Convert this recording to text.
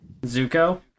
Zuko